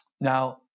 Now